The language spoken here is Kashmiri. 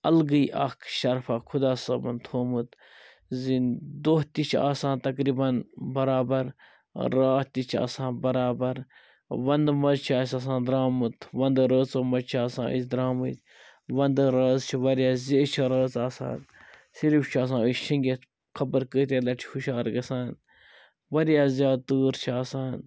الگٕے اَکھ شَرفہَ خۄداہ صٲبَن تھوٚومُت زِ دۄہ تہِ چھِ آسان تقریٖباً برابر راتھ تہِ چھِ آسان برابر وَندٕ مَنٛزٕ چھِ اَسہِ آسان درٛامُت وَندٕ رٲژو مَنٛز چھِ آسان أسۍ درٛامٕتۍ وندٕ رٲژ چھِ واریاہ زیچھِ رٲژ آسان صرف چھِ آسان أسۍ شیٚنگِتھ خبر کۭتیاہ لَٹہٕ چھِ ہُشار گَژھان واریاہ زیاد تۭر چھِ آسان